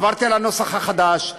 עברתי על הנוסח החדש,